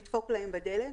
לדפוק להם בדלת,